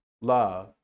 love